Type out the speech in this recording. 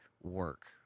work